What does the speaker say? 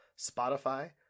Spotify